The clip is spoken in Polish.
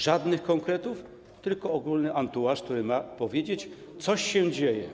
Żadnych konkretów, tylko ogólny entourage, który ma powiedzieć: coś się dzieje.